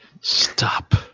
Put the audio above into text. Stop